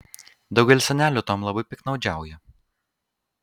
daugelis senelių tuom labai piktnaudžiauja